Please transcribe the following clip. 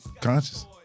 Conscious